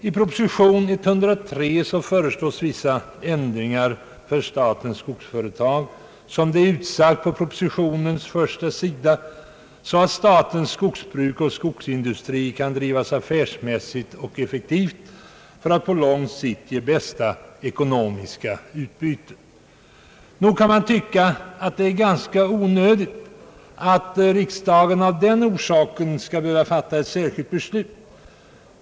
I proposition 103 föreslås vissa ändringar för statens skogsföretag, för att, som det är utsagt på propositionens första sida, statens skogsbruk och skogsindustri skall drivas affärsmässigt och effektivt för att på lång sikt ge bästa möjliga ekonomiska utbyte. Då kan man tycka att det är ganska onödigt att riksdagen av den orsaken skall behöva fatta ett särskilt beslut.